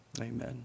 amen